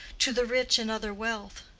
to the rich in other wealth.